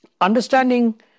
understanding